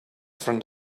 friend